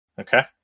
Okay